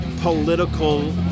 political